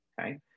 Okay